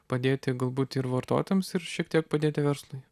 padėti galbūt ir vartotojams ir šiek tiek padėti verslui